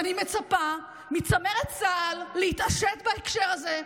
אני מצפה מצמרת צה"ל להתעשת בהקשר הזה.